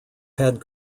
had